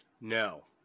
No